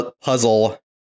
puzzle